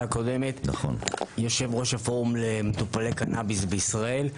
יושב-ראש הפורום למטופלי קנביס בישראל.